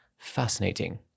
Fascinating